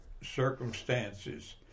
circumstances